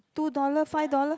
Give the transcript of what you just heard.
two dollar five dollar